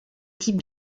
types